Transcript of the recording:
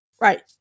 right